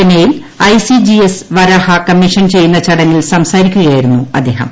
ചെന്നൈയിൽ ICGS Varaha commission ചെയ്യുന്ന ചടങ്ങിൽ സംസാരിക്കുകയായിരുന്നു അദ്ദേഹം